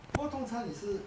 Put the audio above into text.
那通常你是